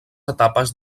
etapes